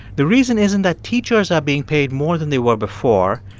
the reason isn't that teachers are being paid more than they were before.